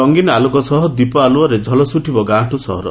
ରଙ୍ଙୀନ ଆଲୋକ ସହ ଦୀପ ଆଲୁଅରେ ଝଲସିବ ଗାଁଠୁ ସହର